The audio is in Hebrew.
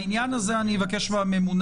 הוא חוקק רק ב-2018.